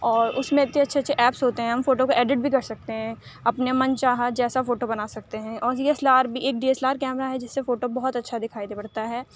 اور اُس میں اتنے اچھے اچھے ایپس ہوتے ہیں ہم فوٹو کو ایڈٹ بھی کر سکتے ہیں اپنے من چاہا جیسا فوٹو بنا سکتے ہیں اور ڈی ایس ایل آر بھی ایک D S L R camera ہے جس سے فوٹو بہت اچھا دکھائی پڑتا ہے